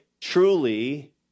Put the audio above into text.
truly